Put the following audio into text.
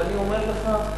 ואני אומר לך,